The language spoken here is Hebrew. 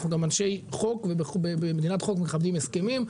אנחנו גם אנשי חוק ובמדינת חוק מכבדים הסכמים.